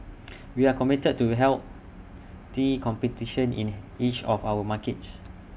we are committed to healthy competition in each of our markets